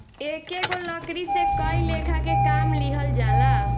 एकेगो लकड़ी से कई लेखा के काम लिहल जाला